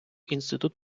інститут